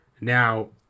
Now